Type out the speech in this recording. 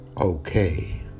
okay